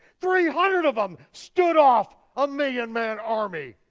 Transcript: three hundred of them stood off a million man army.